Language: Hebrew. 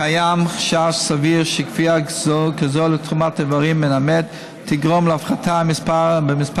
קיים חשש סביר שכפייה כזאת של תרומת איברים מן המת תגרום להפחתה במספר